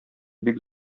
бик